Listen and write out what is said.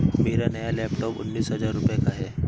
मेरा नया लैपटॉप उन्नीस हजार रूपए का है